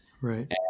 right